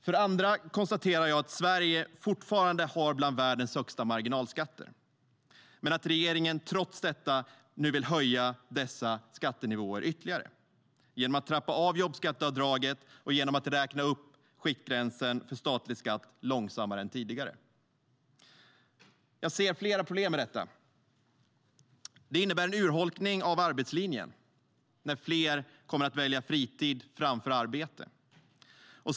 För det andra konstaterar jag att Sverige fortfarande har marginalskatter som är bland de högsta i världen men att regeringen trots detta nu vill höja dessa skattenivåer ytterligare genom att trappa ned jobbskatteavdraget och genom att räkna upp skiktgränsen för statlig skatt långsammare än tidigare. Jag ser flera problem med detta. Det innebär en urholkning av arbetslinjen när fler kommer att välja fritid framför arbete.